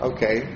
Okay